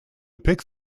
pick